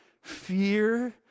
fear